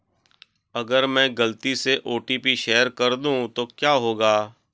अगर मैं गलती से ओ.टी.पी शेयर कर दूं तो क्या होगा?